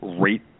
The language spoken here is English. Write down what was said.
rate